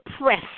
press